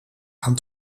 aan